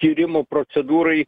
tyrimo procedūrai